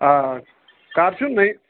آ کَر چھُو